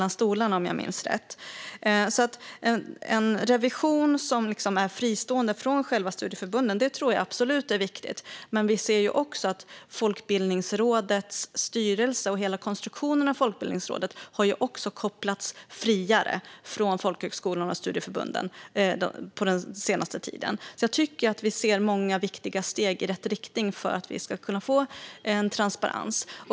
Jag tror absolut att det är viktigt med en revision som är fristående från själva studieförbunden, men vi ser ju också att Folkbildningsrådets styrelse och hela Folkbildningsrådets konstruktion har kopplats friare från folkhögskolorna och studieförbunden under den senaste tiden. Jag tycker att vi ser många viktiga steg i rätt riktning för att vi ska kunna få en transparens.